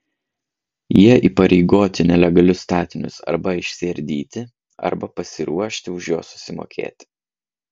jie įpareigoti nelegalius statinius arba išsiardyti arba pasiruošti už juos susimokėti